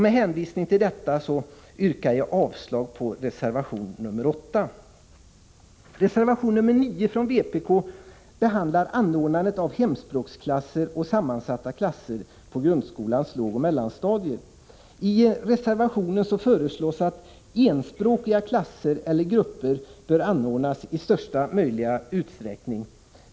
Med hänvisning till detta yrkar jag avslag på reservation nr 8. föreslås att enspråkiga klasser eller grupper bör anordnas i största möjliga utsträckning.